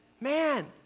Man